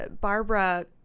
Barbara